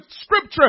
scripture